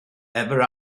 ever